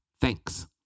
Thanks